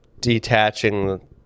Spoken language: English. detaching